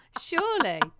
Surely